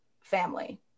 family